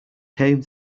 came